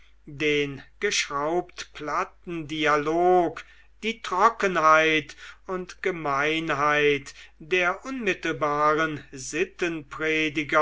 den geschraubt platten dialog die trockenheit und gemeinheit der unmittelbaren